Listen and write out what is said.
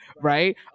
Right